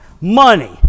money